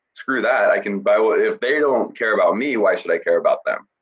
screw that, i can buy what, if they don't care about me, why should i care about them?